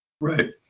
right